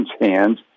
hands